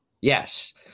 Yes